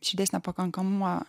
širdies nepakankamumo